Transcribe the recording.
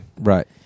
right